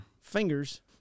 fingers